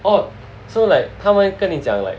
oh so like 他们跟你讲 like